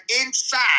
inside